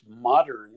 modern